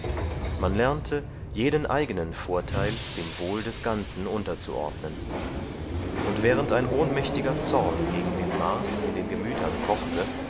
man lernte jeden eignen vorteil dem wohl des ganzen unterzuordnen und während ein ohnmächtiger zorn gegen den mars in den gemütern kochte